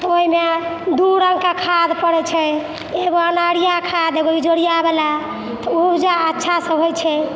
तऽ ओहिमे दू रङ्गके खाद पड़ै छै एगो अन्हरिआ खाद एगो इजोरिआवला तऽ उपजा अच्छासँ होइ छै